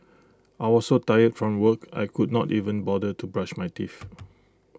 I was so tired from work I could not even bother to brush my teeth